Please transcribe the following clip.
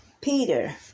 Peter